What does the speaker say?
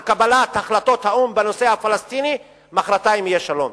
קבלת החלטות האו"ם בנושא הפלסטיני ומחרתיים יהיה שלום.